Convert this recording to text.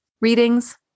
readings